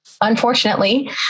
Unfortunately